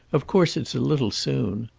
of course it's a little soon.